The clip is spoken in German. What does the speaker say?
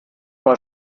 mal